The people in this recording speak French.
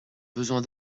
besoin